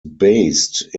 based